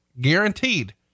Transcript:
guaranteed